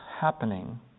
happening